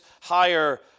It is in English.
higher